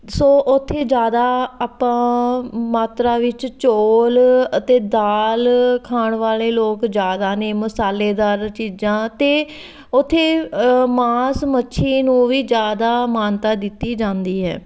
ਸੋ ਉੱਥੇ ਜ਼ਿਆਦਾ ਆਪਾਂ ਮਾਤਰਾ ਵਿੱਚ ਚੌਲ ਅਤੇ ਦਾਲ ਖਾਣ ਵਾਲੇ ਲੋਕ ਜ਼ਿਆਦਾ ਨੇ ਮਸਾਲੇਦਾਰ ਚੀਜ਼ਾਂ ਅਤੇ ਉੱਥੇ ਮਾਸ ਮੱਛੀ ਨੂੰ ਵੀ ਜ਼ਿਆਦਾ ਮਾਨਤਾ ਦਿੱਤੀ ਜਾਂਦੀ ਹੈ